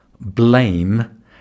blame